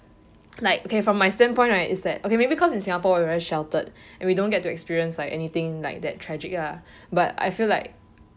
like okay from my standpoint right is that okay maybe cause in singapore we are very sheltered and we don't get to experience like anything like that tragic lah but I feel like